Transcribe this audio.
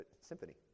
symphony